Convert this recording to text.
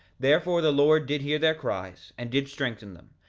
therefore the lord did hear their cries, and did strengthen them,